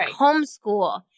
homeschool